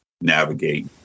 navigate